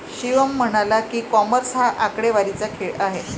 शिवम म्हणाला की, कॉमर्स हा आकडेवारीचा खेळ आहे